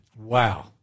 Wow